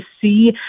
see